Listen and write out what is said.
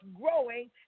growing